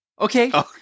Okay